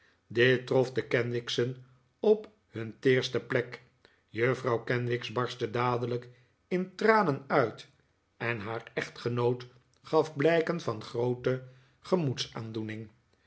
dit trof de kenwigs'en op hun teerste plek juffrouw kenwigs barstte dadelijk in tranen uit en haar echtgenoot gaf blijken van groote